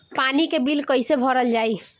पानी के बिल कैसे भरल जाइ?